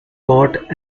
caught